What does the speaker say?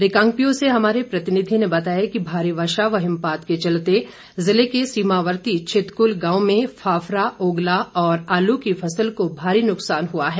रिकांगपिओ से हमारे प्रतिनिधि ने बताया कि भारी वर्षा व हिमपात के चलते जिले के सीमावर्ती छितकुल गांव में फाफरा ओगला और आलू की फसल को भारी नुकसान हुआ है